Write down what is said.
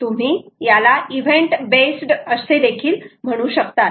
तुम्ही याला event based असे देखील म्हणू शकतात